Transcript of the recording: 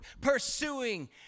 pursuing